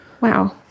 Wow